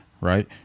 right